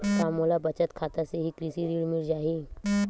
का मोला बचत खाता से ही कृषि ऋण मिल जाहि?